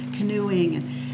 Canoeing